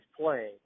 playing